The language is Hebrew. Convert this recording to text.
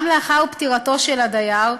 גם לאחר פטירתו של הדייר,